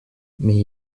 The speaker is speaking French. mais